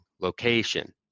location